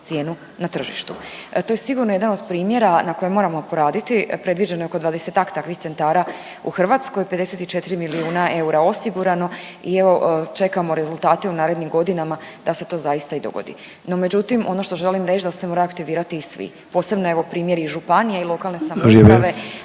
cijenu na tržištu. To je sigurno jedan od primjera na kojem moramo poraditi. Predviđeno je oko 20-ak takvih centara u Hrvatskoj, 54 milijuna eura osigurano i evo čekamo rezultate u narednim godinama da se to zaista i dogodi. No, međutim ono što želim reći da se moraju aktivirati i svi, posebno evo primjeri i županije i lokalne samouprave